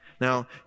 Now